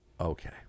Okay